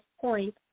point